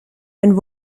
and